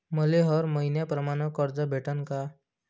मले हर मईन्याप्रमाणं कर्ज भेटन का?